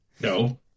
No